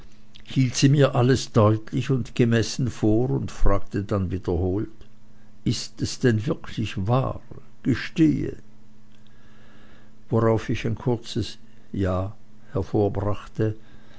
hielt sie mir alles deutlich und gemessen vor und fragte dann wiederholt ist es denn wirklich wahr gestehe worauf ich ein kurzes ja hervorbrachte